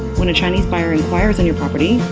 when a chinese buyer inquires on your property,